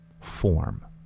form